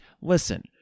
listen